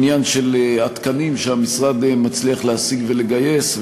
עניין של התקנים שהמשרד מצליח להשיג ולגייס,